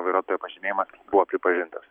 vairuotojo pažymėjimas buvo pripažintas